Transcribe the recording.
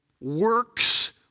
works